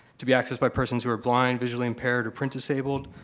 to be accessed by persons who are blind, visually impaired or print-disabled.